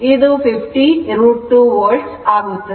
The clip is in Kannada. ಇದು 50 √ 2 volt ಆಗುತ್ತದೆ